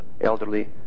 elderly